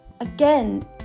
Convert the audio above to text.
again